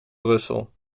brussel